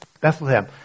Bethlehem